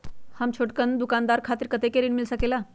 हम छोटकन दुकानदार के खातीर कतेक ऋण मिल सकेला?